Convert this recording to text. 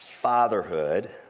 fatherhood